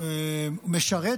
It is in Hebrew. משרת